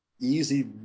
easy